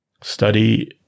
Study